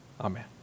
amen